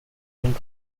and